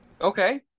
Okay